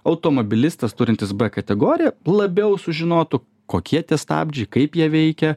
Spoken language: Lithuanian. automobilistas turintis b kategoriją labiau sužinotų kokie tie stabdžiai kaip jie veikia